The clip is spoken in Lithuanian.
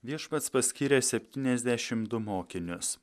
viešpats paskyrė septyniasdešim du mokinius